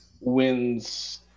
wins